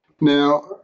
Now